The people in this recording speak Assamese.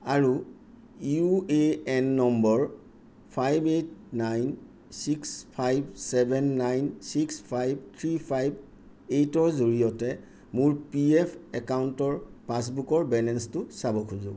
আৰু U A N number five eight nine six five seven nine six five three five eight ৰ জৰিয়তে মোৰ পিএফ একাউণ্টৰ পাছবুকৰ বেলেঞ্চটো চাব খোজো